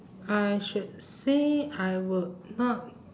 I should say I would not